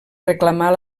reclamar